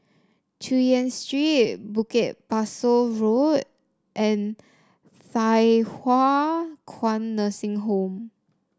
Chu Yen Street Bukit Pasoh Road and Thye Hua Kwan Nursing Home